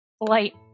light